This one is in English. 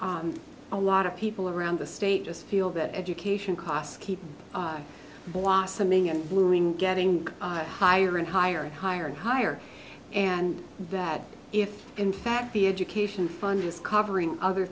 a lot of people around the state just feel that education costs keep blossoming and blooming getting higher and higher and higher and higher and that if in fact the education fund is covering other